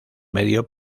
medio